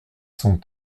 cent